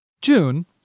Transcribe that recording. June